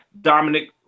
dominic